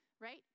right